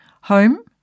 home